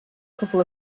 couple